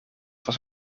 was